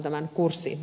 herra puhemies